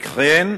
וכן,